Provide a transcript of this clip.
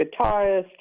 guitarist